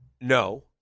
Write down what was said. No